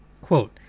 Quote